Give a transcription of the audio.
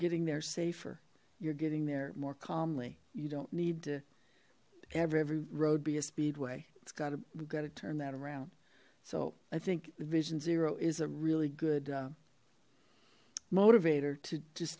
getting there safer you're getting there more calmly you don't need to every road be a speedway it's got a we've got to turn that around so i think the vision zero is a really good motivator to just